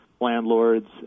landlords